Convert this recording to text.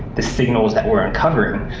the signals that we're uncovering,